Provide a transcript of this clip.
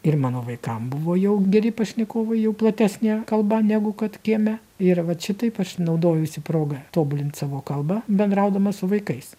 ir mano vaikam buvo jau geri pašnekovai jau platesnė kalba negu kad kieme ir vat šitaip aš naudojausi proga tobulint savo kalbą bendraudama su vaikais